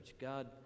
God